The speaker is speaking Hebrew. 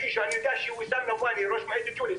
אני יודע שויסאם נאבואני ראש מועצת ג'וליס